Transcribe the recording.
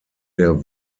der